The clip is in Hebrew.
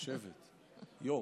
יושבת, יו"ר,